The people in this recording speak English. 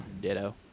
Ditto